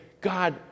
God